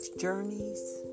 journeys